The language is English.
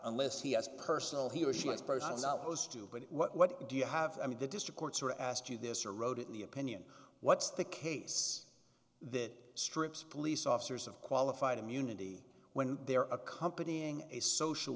unless he has personal he or she was to but what do you have i mean the district courts are asked you this or wrote in the opinion what's the case that strips police officers of qualified immunity when they are accompanying a social